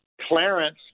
Clarence